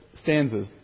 Stanzas